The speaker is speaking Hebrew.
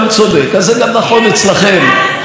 אז זה גם נכון אצלכם, כנראה.